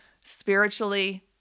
spiritually